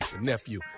Nephew